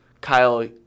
Kyle